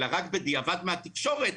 אלא רק בדיעבד מהתקשורת,